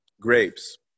grapes